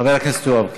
חבר הכנסת יואב קיש,